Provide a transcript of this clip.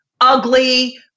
Ugly